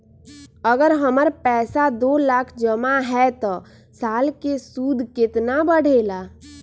अगर हमर पैसा दो लाख जमा है त साल के सूद केतना बढेला?